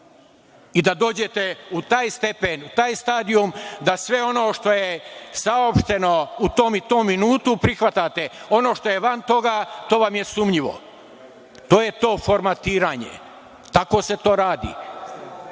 i da dođete u taj stepen, u taj stadijum da sve ono što je saopšteno u tom i tom minutu prihvatate, ono što je van toga, to vam je sumnjivo. To je to formatiranje, tako se to radi. Vi